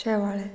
शेवाळें